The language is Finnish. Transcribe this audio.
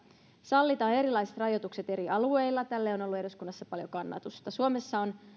sallitaan erilaiset rajoitukset eri alueilla tälle on ollut eduskunnassa paljon kannatusta suomessa on